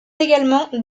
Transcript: également